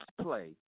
play